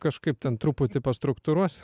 kažkaip ten truputį pastruktūruos